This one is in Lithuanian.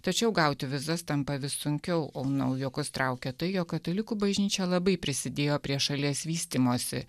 tačiau gauti vizas tampa vis sunkiau o naujokus traukia tai jog katalikų bažnyčia labai prisidėjo prie šalies vystymosi